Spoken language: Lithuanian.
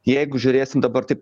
jeigu žiūrėsim dabar taip